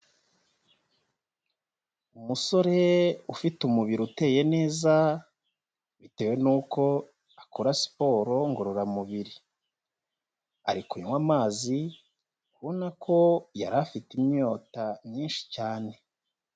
Umusore ufite umubiri uteye neza bitewe n'uko akora siporo ngororamubiri, ari kunywa amazi ubona ko yari afite inyota nyinshi cyane.